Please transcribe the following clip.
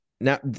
now